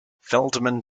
feldman